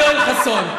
אני קראתי לך יואל חסון.